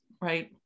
right